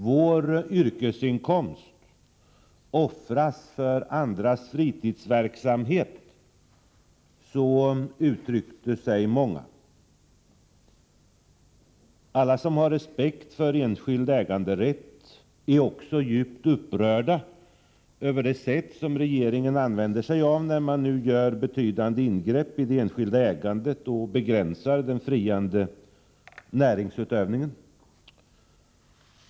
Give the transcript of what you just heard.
Vår yrkesinkomst offras för andras fritidsverksamhet — så uttryckte sig många. Alla som har respekt för enskild äganderätt är djupt upprörda över det sätt som regeringen använder sig av när man nu gör betydande ingrepp i det enskilda ägandet och begränsar den fria näringsutövningen.